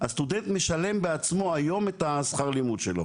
הסטודנט משלם בעצמו היום את השכר לימוד שלו